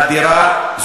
אדירה.